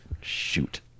shoot